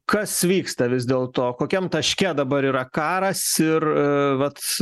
kas vyksta vis dėl to kokiam taške dabar yra karas ir vat